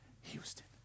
houston